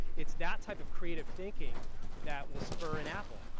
it's that type of creative thinking that will spur an apple,